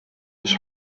his